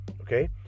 Okay